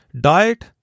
diet